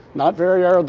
not very ah